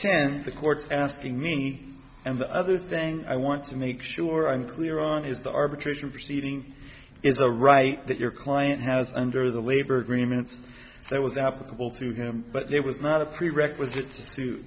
the court's asking me and the other thing i want to make sure i'm clear on is the arbitration proceeding is a right that your client has under the labor agreements that was applicable to him but it was not a prerequisite to suit